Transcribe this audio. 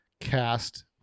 cast